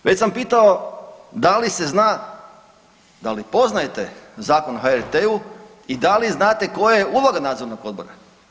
Već sam pitao da li se zna, da li poznajete Zakon o HRT-u i da li znate koja je uloga nadzornog odbora.